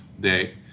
Day